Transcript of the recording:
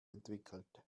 entwickelt